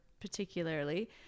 particularly